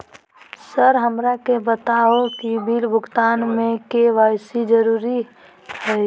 Sir हमरा के बताओ कि बिल भुगतान में के.वाई.सी जरूरी हाई?